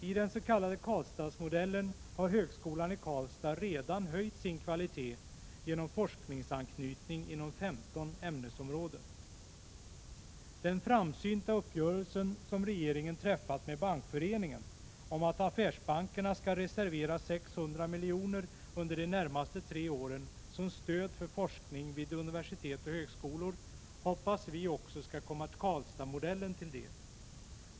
I den s.k. Karlstadsmodellen har högskolan i Karlstad redan höjt sin kvalitet genom forskningsanknytning inom 15 ämnesområden. Den framsynta uppgörelse som regeringen träffat med Bankföreningen om att affärsbankerna skall reservera 600 miljoner under de närmaste tre åren som stöd för forskningen vid universitet och högskolor hoppas vi också skall komma Karlstadsmodellen till del.